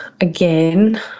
Again